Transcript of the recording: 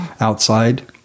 Outside